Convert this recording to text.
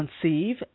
Conceive